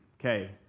Okay